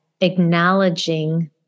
acknowledging